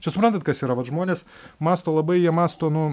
čia suprantat kas yra vat žmonės mąsto labai jie mąsto nu